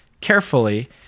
carefully